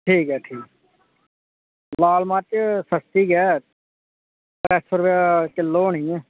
ठीक ऐ ठीक लाल मरच सस्ती गै त्रै सौ रपेआ किलो होनी ऐ